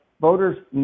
voters